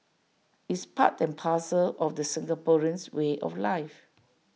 it's part and parcel of the Singaporeans way of life